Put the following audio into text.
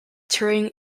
touring